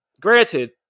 granted